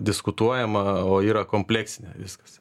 diskutuojama o yra kompleksinė viskas